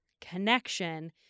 connection